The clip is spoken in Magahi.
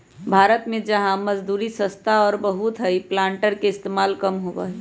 भारत में जहाँ मजदूरी सस्ता और बहुत हई प्लांटर के इस्तेमाल कम होबा हई